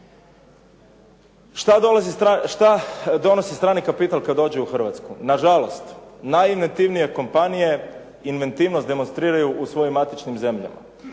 Što donosi strani kapital kad dođe u Hrvatsku? Nažalost, najinventivnije kompanije inventivnost demonstriraju u svojim matičnim zemljama.